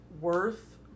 worth